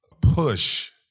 push